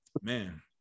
man